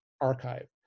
archive